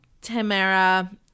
Tamara